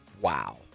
Wow